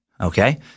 okay